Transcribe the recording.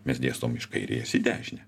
mes dėstom iš kairės į dešinę